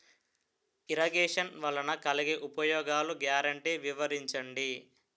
Irrigation వలన కలిగే ఉపయోగాలు గ్యారంటీ వివరించండి?